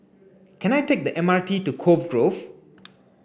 can I take the M R T to Cove Grove